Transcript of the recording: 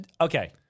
Okay